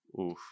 Oof